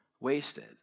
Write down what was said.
wasted